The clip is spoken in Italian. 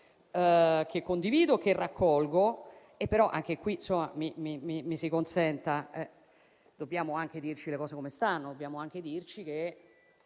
che condivido e raccolgo. Però anche qui mi si consenta, dobbiamo anche dirci le cose come stanno. Dobbiamo dirci che